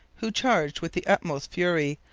who charged with the utmost fury,